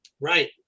Right